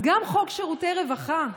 אז גם חוק שירותי רווחה,